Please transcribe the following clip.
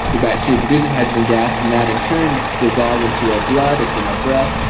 the bacteria produces hydrogen gas and that, in turn dissolves into our blood. it's in our breath,